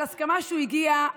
על הסכמה שהוא הגיע,